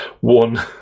one